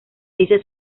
dice